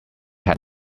had